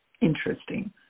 interesting